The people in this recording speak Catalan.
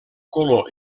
color